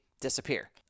disappear